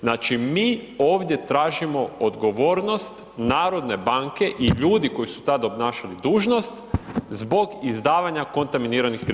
Znači mi ovdje tražimo odgovornost Narodne banke i ljudi koji su tada obnašali dužnost zbog izdavanja kontaminiranih kredita.